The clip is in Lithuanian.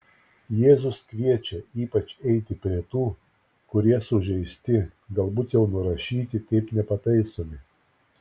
jėzus kviečia ypač eiti prie tų kurie sužeisti galbūt jau nurašyti kaip nepataisomi